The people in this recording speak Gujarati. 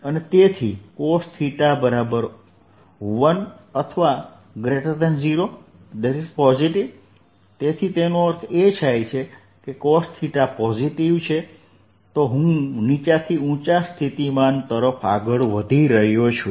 તેથી cosθ1 અથવા 0 પોઝિટિવ તેથી તેનો અર્થ એ કે cosθ પોઝિટિવ છે હું નીચા થી ઊંચા સ્થિતિમાન તરફ આગળ વધી રહ્યો છું